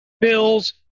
bills